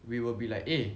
we will be like eh